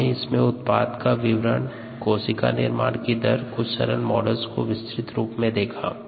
हमने इसमें उत्पाद का विवरण कोशिका निर्माण की दर और कुछ सरल मॉडल्स को विस्तृत रूप में देखा